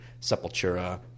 Sepultura